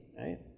right